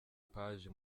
paji